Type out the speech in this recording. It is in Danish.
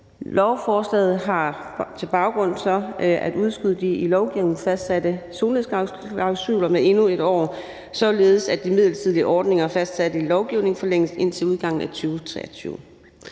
Lovforslaget har så som baggrund at udskyde de i lovgivningen fastsatte solnedgangsklausuler med endnu 1 år, således at de midlertidige ordninger fastsat i lovgivningen forlænges indtil udgangen af 2023.